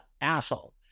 asshole